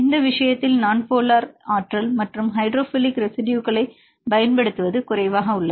இந்த விஷயத்தில் இது நான் போலார் ஆற்றல் மற்றும் ஹைட்ரோஃபிலிக் ரெசிடுயுகளைப் பயன்படுத்துவதற்கு குறைவாக உள்ளது